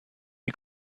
die